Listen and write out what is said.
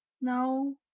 No